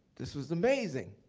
this was amazing.